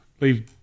leave